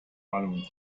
wallung